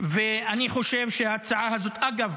ואני חושב שההצעה הזאת, אגב,